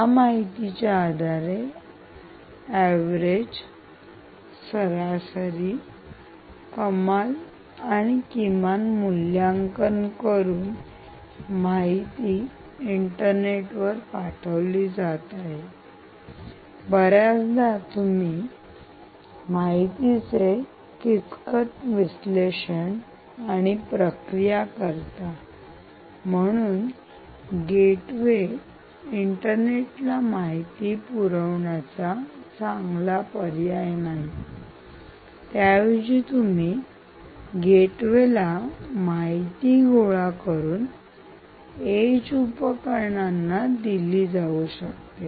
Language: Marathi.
या माहितीच्या आधारे एवरेज सरासरी कमाल आणि किमान मूल्यांकन करून माहिती इंटरनेटवर पाठवली जात आहे बऱ्याचदा तुम्ही माहितीचे किचकट विश्लेषण आणि प्रक्रिया करता म्हणून गेटवे इंटरनेटला माहिती पुरवण्याचा चांगला पर्याय नाही त्याऐवजी तुम्ही गेटवेला माहिती गोळा करून EDGE येज उपकरणांना दिली जाऊ शकते